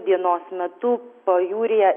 dienos metu pajūryje